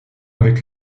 avec